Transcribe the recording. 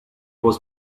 was